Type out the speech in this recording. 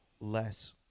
less